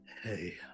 Hey